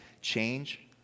change